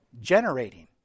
generating